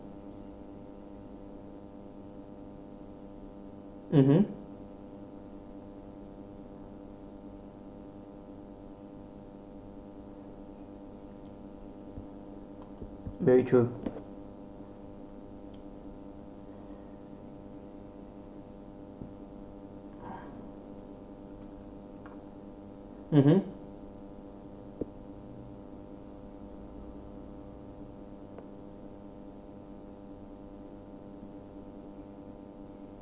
mmhmm very true mmhmm